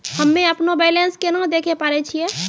हम्मे अपनो बैलेंस केना देखे पारे छियै?